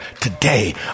today